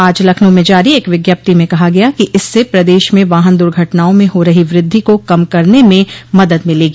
आज लखनऊ में जारी एक विज्ञप्ति में कहा गया कि इससे प्रदेश में वाहन दुर्घटनाओं में हो रही वृद्धि को कम करने में मदद मिलेगी